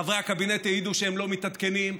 חברי הקבינט העידו שהם לא מתעדכנים.